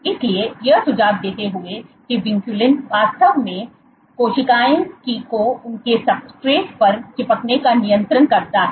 इसलिए यह सुझाव देते हुए कि विनक्यूलिन वास्तव में कोशिकाओं की को उनके सब्सट्रेट पर चिपकने का नियंत्रित करता है